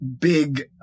big